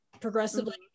progressively